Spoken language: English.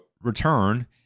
return